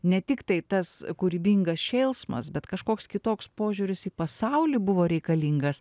ne tiktai tas kūrybingas šėlsmas bet kažkoks kitoks požiūris į pasaulį buvo reikalingas